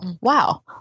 wow